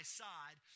side